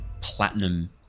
platinum